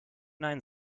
nein